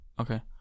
Okay